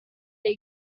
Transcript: they